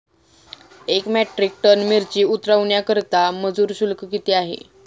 एक metric ton मिरची उतरवण्याकरता मजुर शुल्क किती आहे?